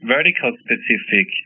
Vertical-specific